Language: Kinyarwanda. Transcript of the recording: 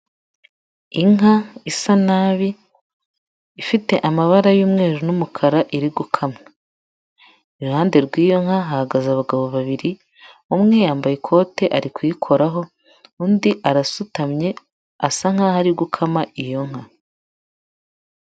Inka isa nabi, ifite amabara y'umweru n'umukara iri gukamwa, iruhande rw'iyo nka hahagaze abagabo babiri, umwe yambaye ikote ari kuyikoraho, undi arasutamye asa nkaho ari gukama iyo nka.